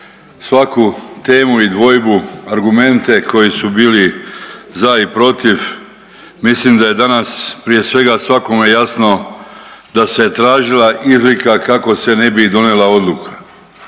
svaki temu i dvojbu, argumente koji su bili za i protiv, mislim da je danas, prije svega svakome jasno da se tražila izlika kako se ne bi donijela odluka.